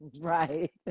right